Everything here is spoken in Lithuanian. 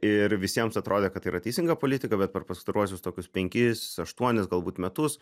ir visiems atrodė kad tai yra teisinga politika bet per pastaruosius tokius penkis aštuonis galbūt metus